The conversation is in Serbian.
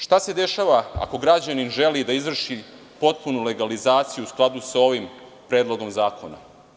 Šta se dešava ako građanin želi da izvrši potpunu legalizaciju u skladu sa ovim predlogom zakona?